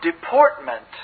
deportment